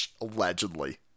Allegedly